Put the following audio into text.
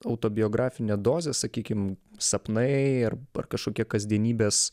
autobiografinė dozė sakykim sapnai arb ar kažkokie kasdienybės